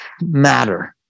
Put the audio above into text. matter